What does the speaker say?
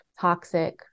toxic